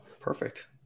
perfect